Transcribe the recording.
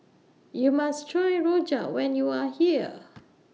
YOU must Try Rojak when YOU Are here